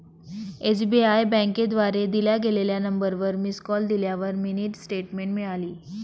SBI बँकेद्वारे दिल्या गेलेल्या नंबरवर मिस कॉल दिल्यावर मिनी स्टेटमेंट मिळाली